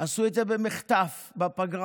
עשו את זה במחטף בפגרה,